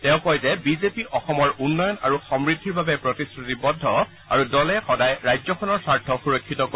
তেওঁ কয় যে বি জে পি অসমৰ উন্নয়ন আৰু সমূদ্ধিৰ বাবে প্ৰতিশ্ৰুতিবদ্ধ আৰু দলে সাদয় ৰাজ্যখনৰ স্বাৰ্থ সুৰক্ষিত কৰিব